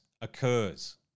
occurs